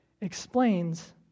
explains